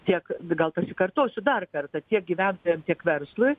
tiek gal pasikartosiu dar kartą tiek gyventojam tiek verslui